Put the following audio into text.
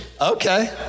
Okay